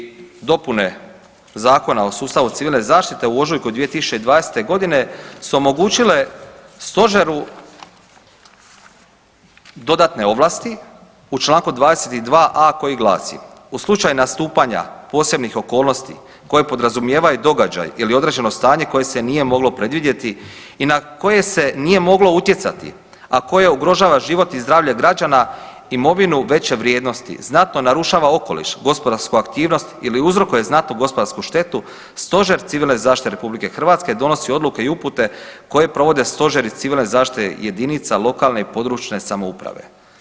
Zadnje izmjene i dopune Zakona o sustavu civilne zaštite u ožujku 2020. g. su omogućile Stožeru dodatne ovlasti u čl. 22a koji glasi: U slučaju nastupanja posebnih okolnosti koje podrazumijevaju događaj ili određeno stanje koje se nije moglo predvidjeti i na koje se nije moglo utjecati, a koje ugrožava život i zdravlje građana, imovinu veće vrijednosti, znatno narušava okoliš, gospodarsku aktivnost ili uzrokuje znatnu gospodarsku štetu, Stožer civilne zaštite RH donosi odluke i upute koje provode stožeri civilne zaštite jedinice lokalne i područne samouprave.